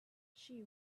she